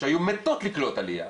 שהיו מתות לקלוט עלייה,